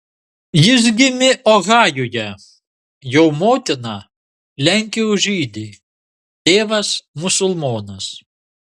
jis gimė ohajuje jo motina lenkijos žydė tėvas musulmonas